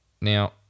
Now